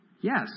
Yes